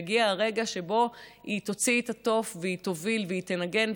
יגיע הרגע שבו היא תוציא את התוף והיא תוביל והיא תנגן,